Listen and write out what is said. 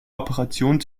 operation